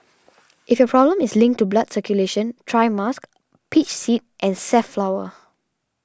if your problem is linked to blood circulation try musk peach seed and safflower